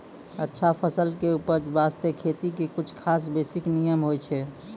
अच्छा फसल के उपज बास्तं खेती के कुछ खास बेसिक नियम होय छै